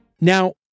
Now